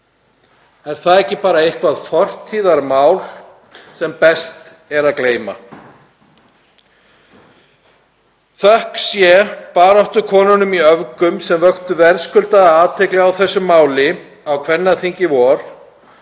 Er það ekki bara eitthvert fortíðarmál sem best er að gleyma. Þökk sé baráttukonunum í Öfgum sem vöktu verðskuldaða athygli á þessu máli á kvennaþingi í vor